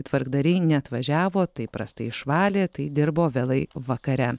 tvarkdariai neatvažiavo tai prastai išvalė tai dirbo vėlai vakare